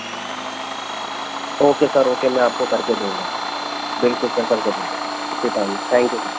okay sir okay میں آپ کو کر کے دوں گا بالکل سر کر کے دوں گا اسی ٹائمگ تھینک یو